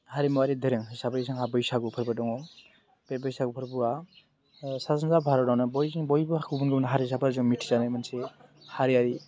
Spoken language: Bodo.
हारिमुवारि दोरों हिसाबै जोंहा बैसागो फोरबो दङ बे बैसागो फोरबोआ सा सानजा भारतआवनो बयबो गुबुन गुबुन हारि हारिसाजों मिथिजानाय मोनसे हारियारि